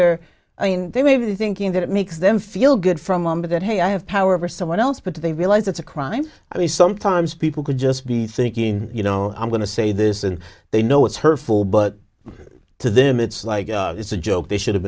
they're i mean they may be thinking that it makes them feel good from and that hey i have power over someone else but they realize it's a crime i mean sometimes people could just be thinking you know i'm going to say this and they know it's hurtful but to them it's like it's a joke they should have